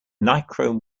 nichrome